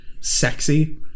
sexy